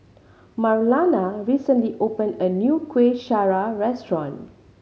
Marlana recently opened a new Kueh Syara restaurant